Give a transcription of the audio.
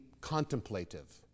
contemplative